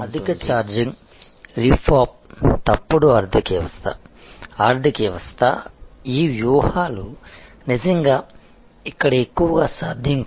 అధిక charging rip off తప్పుడు ఆర్థిక వ్యవస్థ ఆర్థిక వ్యవస్థ ఈ వ్యూహాలు నిజంగా ఇక్కడ ఎక్కువగా సాధ్యం కాదు